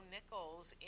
Nichols